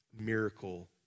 miracle